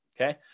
okay